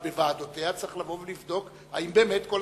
אבל בוועדותיה צריך לבוא ולבדוק אם באמת כל